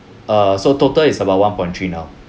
err so total is about one point three now